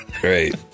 Great